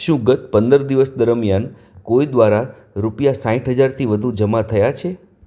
શું ગત પંદર દિવસ દરમિયાન કોઈ દ્વારા રૂપિયા સાહીઠ હજારથી વધુ જમા થયા છે